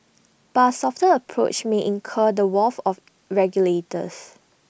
but softer approach may incur the wrath of regulators